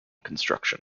construction